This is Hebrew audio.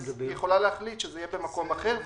היא יכולה להחליט שזה יהיה במקום אחר.